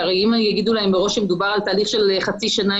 כי הרי אם יגידו להם מראש שמדובר על תהליך של חצי שנה,